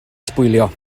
sbwylio